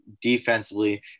defensively